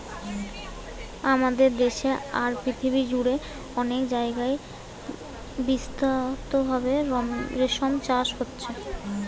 আমাদের দেশে আর পৃথিবী জুড়ে অনেক জাগায় বিস্তৃতভাবে রেশম চাষ হচ্ছে